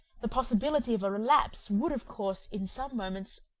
the possibility of a relapse would of course, in some moments,